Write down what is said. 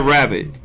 Rabbit